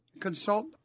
consult